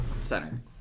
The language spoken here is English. center